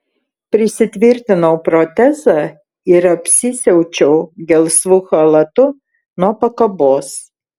prisitvirtinau protezą ir apsisiaučiau gelsvu chalatu nuo pakabos